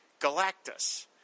Galactus